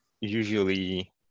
usually